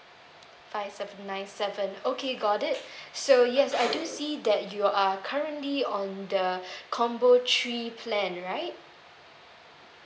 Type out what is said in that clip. five seven nine seven okay got it so yes I do see that you are currently on the combo three plan right